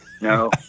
No